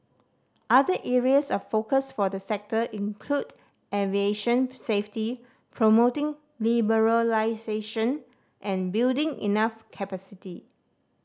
other areas of focus for the sector include aviation safety promoting liberalisation and building enough capacity